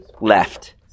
left